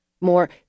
more